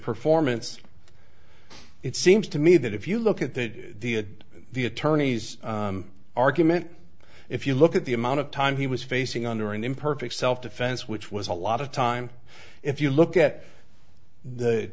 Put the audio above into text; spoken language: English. performance it seems to me that if you look at the the the attorney's argument if you look at the amount of time he was facing under an imperfect self defense which was a lot of time if you look at the